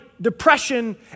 depression